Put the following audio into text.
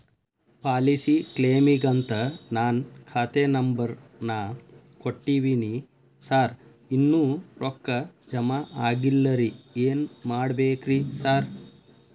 Policy ಕ್ಲೇಮಿಗಂತ ನಾನ್ ಖಾತೆ ನಂಬರ್ ನಾ ಕೊಟ್ಟಿವಿನಿ ಸಾರ್ ಇನ್ನೂ ರೊಕ್ಕ ಜಮಾ ಆಗಿಲ್ಲರಿ ಏನ್ ಮಾಡ್ಬೇಕ್ರಿ ಸಾರ್?